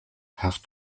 have